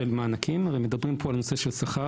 של מענקים הרי מדברים פה על הנושא של שכר,